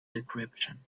decryption